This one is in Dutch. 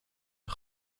een